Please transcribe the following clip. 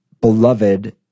beloved